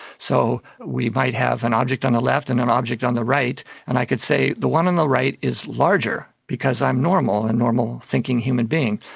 so we might have an object on the left and an object on the right and i could say the one on the right is larger because i'm normal, a normal thinking human being,